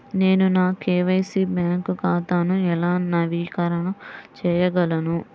నేను నా KYC bank ఖాతాను ఎలా నవీకరణ చేయగలను?